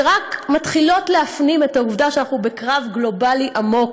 שרק מתחילות להפנים את העובדה שאנחנו בקרב גלובלי עמוק